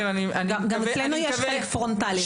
גם אצלנו יש חלק פרונטלי.